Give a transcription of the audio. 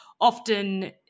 Often